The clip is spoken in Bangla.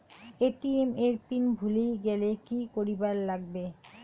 এ.টি.এম এর পিন ভুলি গেলে কি করিবার লাগবে?